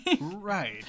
right